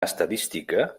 estadística